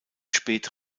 spät